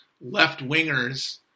left-wingers